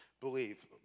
believe